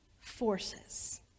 forces